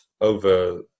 over